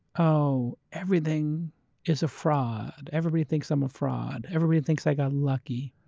oh, everything is a fraud. everybody thinks i'm a fraud. everybody thinks i got lucky.